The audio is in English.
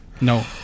No